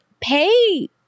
pay